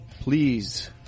please